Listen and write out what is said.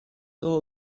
all